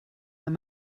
man